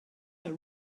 are